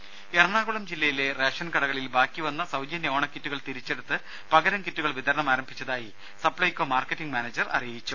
രുമ എറണാകുളം ജില്ലയിലെ റേഷൻ കടകളിൽ ബാക്കി വന്ന സൌജന്യ ഓണക്കിറ്റുകൾ തിരിച്ചെടുത്ത് പകരം കിറ്റുകൾ വിതരണം ആരംഭിച്ചതായി സപ്പൈകോ മാർക്കറ്റിങ് മാനേജർ അറിയിച്ചു